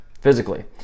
physically